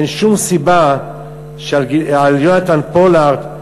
אין שום סיבה שעל יונתן פולארד,